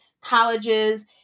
colleges